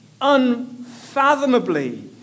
unfathomably